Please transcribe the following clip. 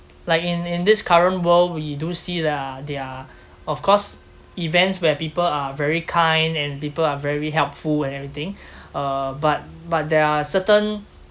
like in in this current world we do see lah there are of course events where people are very kind and people are very helpful and everything uh but but there are certain